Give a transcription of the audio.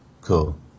Cool